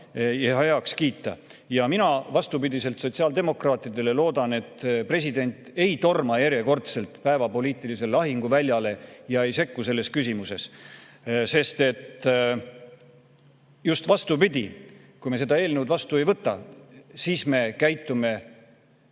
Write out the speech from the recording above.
Ja mina vastupidiselt sotsiaaldemokraatidele loodan, et president ei torma järjekordselt päevapoliitilisele lahinguväljale ega sekku selles küsimuses, sest just vastupidi, kui me seda eelnõu vastu ei võta, siis käitume me